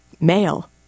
male